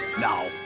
now,